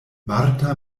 marta